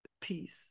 peace